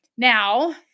Now